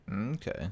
Okay